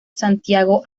santiago